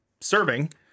serving